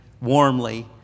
warmly